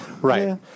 Right